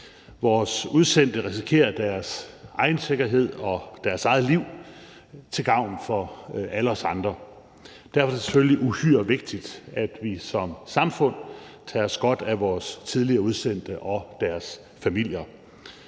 Vores udsendte risikerer deres egen sikkerhed og deres eget liv til gavn for alle os andre, og derfor er det selvfølgelig uhyre vigtigt, at vi som samfund tager os godt af vores tidligere udsendte og deres familier.